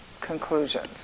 conclusions